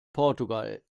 portugal